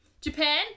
Japan